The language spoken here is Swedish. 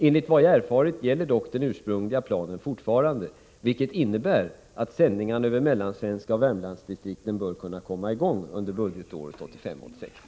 Enligt vad jag erfarit gäller dock den ursprungliga planen fortfarande, vilket innebär att sändningarna över Mellansvenska och Värmlandsdistrikten bör kunna komma i gång under budgetåret 1985/86.